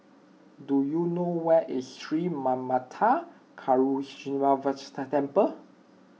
do you know where is Sri Manmatha Karuneshvarar Temple